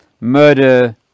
murder